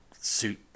suit